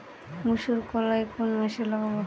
মুসুরকলাই কোন মাসে লাগাব?